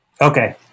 Okay